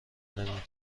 نمیکردم